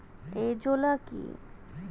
Azolla কি?